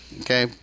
okay